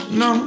no